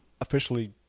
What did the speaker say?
officially